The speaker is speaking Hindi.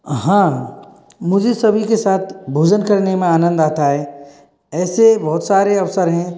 हाँ मुझे सभी के साथ भोजन करने में आनंद आता है ऐसे बहुत सारे अवसर हैं